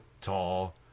tall